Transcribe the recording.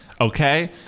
Okay